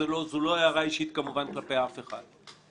וזו לא הערה אישית כמובן כלפי אף אחד.